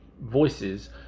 voices